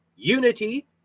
Unity